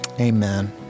Amen